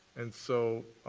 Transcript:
and so